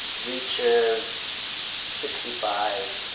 reaches sixty five